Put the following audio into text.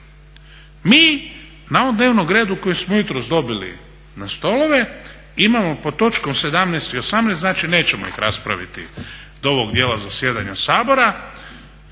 mi na ovom dnevnom redu kojeg smo jutros dobili na stolove imamo pod točkom 17. i 18., znači nećemo ih raspraviti do ovog dijela zasjedanja Sabora,